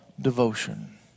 devotion